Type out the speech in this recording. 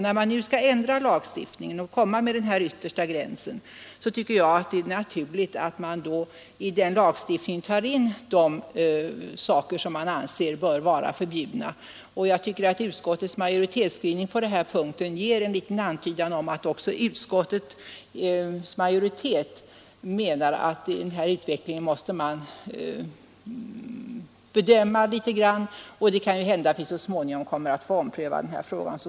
När man nu skall ändra lagen och dra upp en yttersta gräns, är det naturligt att i lagstiftningen ta in vad man anser bör vara förbjudet. Utskottsmajoriteten menar på denna punkt att man måste följa utvecklingen och att det kan hända att vi så småningom kommer att få ompröva denna fråga.